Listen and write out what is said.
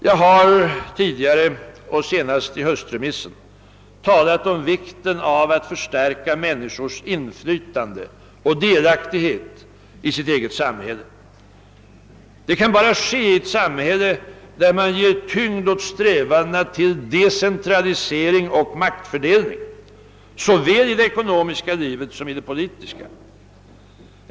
Jag har tidigare och senast vid höstens remissdebatt talat om vikten av att förstärka människors inflytande och delaktighet i sitt eget samhälle. Det kan bara ske i ett samhälle där man ger tyngd åt strävandena till decentralisering och maktfördelning såväl i det ekonomiska livet som i det politiska.